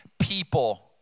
people